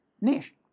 niche